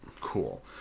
cool